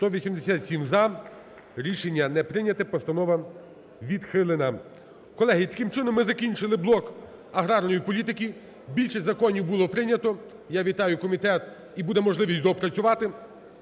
За-187 Рішення не прийнято. Постанова відхилена. Колеги, таким чином, ми закінчили блок аграрної політики. Більшість законів було прийнято. Я вітаю комітет. І буде можливість доопрацювати.